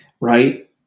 right